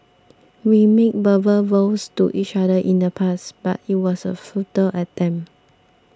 we made verbal vows to each other in the past but it was a futile attempt